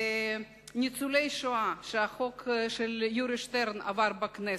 לניצולי שואה, החוק של יורי שטרן שעבר בכנסת,